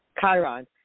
Chiron